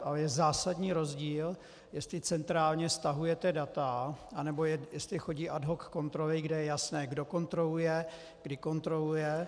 Ale je zásadní rozdíl, jestli centrálně stahujete data, anebo jestli chodí ad hoc kontroly, kde je jasné, kdo kontroluje, kdy kontroluje.